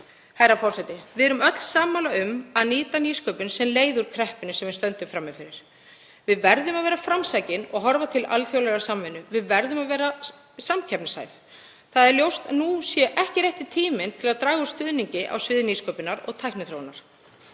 Herra forseti. Við erum öll sammála um að nýta nýsköpun sem leið út úr kreppunni sem við stöndum frammi fyrir. Við verðum að vera framsækin og horfa til alþjóðlegrar samvinnu. Við verðum að vera samkeppnishæf. Það er ljóst að nú er ekki rétti tíminn til að draga úr stuðningi á sviði nýsköpunar og tækniþróunar.